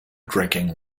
drinking